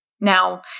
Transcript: Now